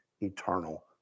eternal